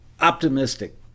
optimistic